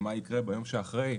"מה יקרה ביום שאחרי",